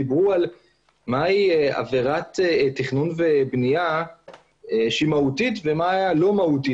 דיברו על עבירת תכנון ובנייה שהיא מהותית ומה לא מהותי.